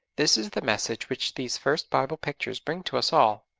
this is the message which these first bible pictures bring to us all.